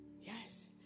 Yes